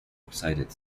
excited